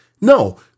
No